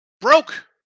Broke